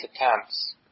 attempts